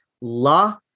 la